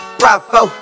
bravo